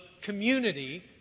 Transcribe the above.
community